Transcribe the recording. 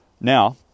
Now